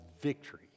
victory